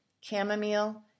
chamomile